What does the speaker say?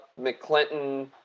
McClinton